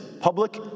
Public